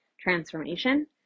transformation